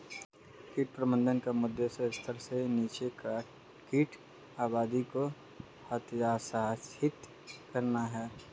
कीट प्रबंधन का उद्देश्य स्तर से नीचे कीट आबादी को हतोत्साहित करना है